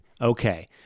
Okay